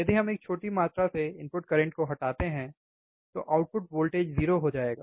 यदि हम एक छोटी मात्रा से इनपुट करंट को हटाते हैं तो आउटपुट वोल्टेज 0 हो जाएगा